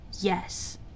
Yes